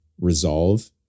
resolve